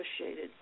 associated